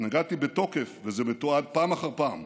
התנגדתי בתוקף, וזה מתועד פעם אחר פעם,